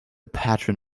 patron